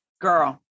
girl